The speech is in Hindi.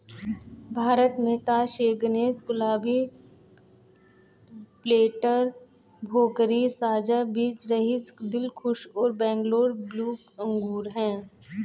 भारत में तास ए गणेश, गुलाबी, पेर्लेट, भोकरी, साझा बीजरहित, दिलखुश और बैंगलोर ब्लू अंगूर हैं